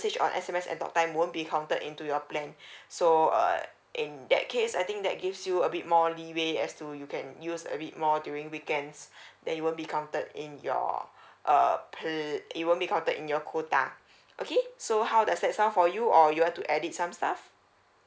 usage on S_M_S and talk time won't be counted into your plan so uh in that case I think that gives you a bit more leeway as to you can use a bit more during weekends then it wont's be counted in your err pla~ it won't be counted in your quota okay so how does that sound for you or you want to edit some stuff